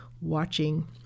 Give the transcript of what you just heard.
watching